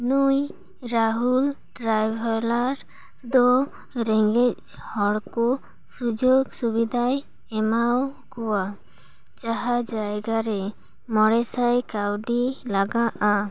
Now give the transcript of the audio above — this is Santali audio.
ᱱᱩᱭ ᱨᱟᱦᱩᱞ ᱴᱨᱟᱵᱷᱮᱞᱟᱨ ᱫᱚ ᱨᱮᱸᱜᱮᱡ ᱦᱚᱲ ᱠᱚ ᱥᱩᱡᱳᱜᱽ ᱥᱩᱵᱤᱫᱟᱭ ᱮᱢᱟᱣᱟᱠᱚᱣᱟ ᱡᱟᱦᱟᱸ ᱡᱟᱭᱜᱟ ᱨᱮ ᱢᱚᱬᱮ ᱥᱟᱭ ᱠᱟᱹᱣᱰᱤ ᱞᱟᱜᱟᱜᱼᱟ